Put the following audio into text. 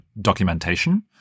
documentation